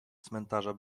cmentarza